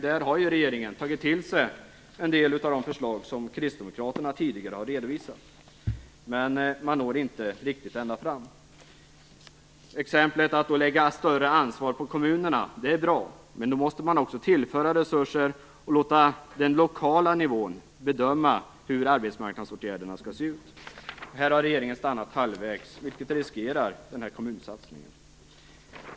Där har regeringen tagit till sig en del av de förslag som kristdemokraterna tidigare har redovisat, men man når inte riktigt ända fram. Exemplet att lägga större ansvar på kommunerna är bra. Men då måste man också tillföra resurser och låta den lokala nivån bedöma hur arbetsmarknadsåtgärderna skall se ut. Här har regeringen stannat halvvägs, vilket riskerar kommunsatsningen.